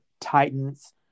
titans